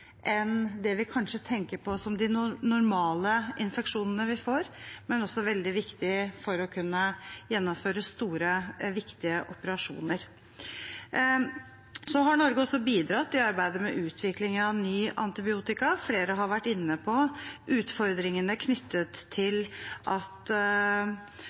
det vi kanskje tenker på som de normale infeksjonene vi får. Det er også veldig viktig for å kunne gjennomføre store, viktige operasjoner. Norge har også bidratt i arbeidet med utvikling av nye antibiotika. Flere har vært inne på utfordringene knyttet til at